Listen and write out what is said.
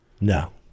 No